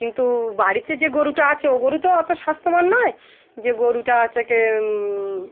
কিন্তু বাড়িতে যে গরুটা আছে ও গরু তো অতো স্বাস্থ্যবান নয় যে গরুটা আছে গিয়ে